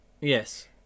Yes